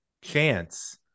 chance